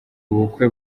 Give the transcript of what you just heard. ubukwe